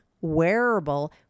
wearable